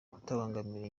kutabangamira